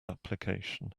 application